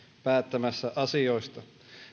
päättämässä asioista